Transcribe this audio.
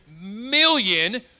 million